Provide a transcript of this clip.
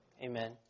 Amen